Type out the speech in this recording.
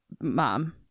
mom